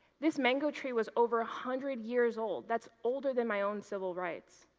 this mango tree was over a hundred years old. that's older than my own civil rights.